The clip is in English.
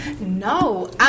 No